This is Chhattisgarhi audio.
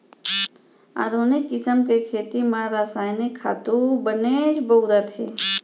आधुनिक किसम के खेती म रसायनिक खातू बनेच बउरत हें